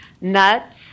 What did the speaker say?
nuts